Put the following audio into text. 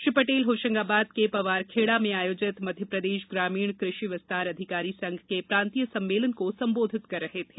श्री पटेल होशंगाबाद के पवारखेड़ा में आयोजित मध्यप्रदेश ग्रामीण कृषि विस्तार अधिकारी संघ के प्रांतीय सम्मेलन को संबोधित कर रहे थे